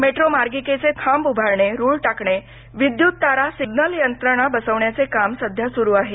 metro मार्गिकेचे खांब उभारणे रूळ टाकणे विद्युत तारा सिग्नल यंत्रणा बसवण्याचे काम सध्या सुरु आहेत